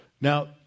Now